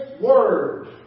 word